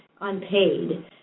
unpaid